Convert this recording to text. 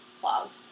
clogged